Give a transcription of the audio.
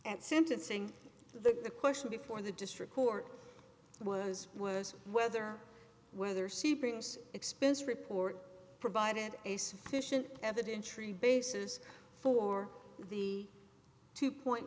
at sentencing the question before the district court was was whether whether c pings expense report provided a sufficient evidence tree basis for the two point